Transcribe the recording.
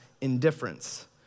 indifference